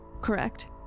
correct